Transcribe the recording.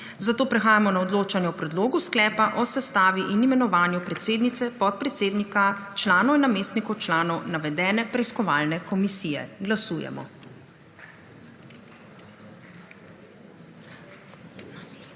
zato prehajamo na odločanje o Predlogu sklepa o sestavi in imenovanju predsednice, podpredsednika, članov in namestnikov članov navedene preiskovalne komisije. Glasujemo.